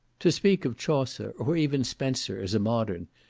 to speak of chaucer, or even spenser, as a modern,